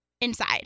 inside